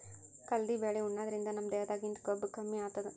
ಕಲ್ದಿ ಬ್ಯಾಳಿ ಉಣಾದ್ರಿನ್ದ ನಮ್ ದೇಹದಾಗಿಂದ್ ಕೊಬ್ಬ ಕಮ್ಮಿ ಆತದ್